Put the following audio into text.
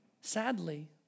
Sadly